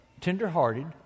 tenderhearted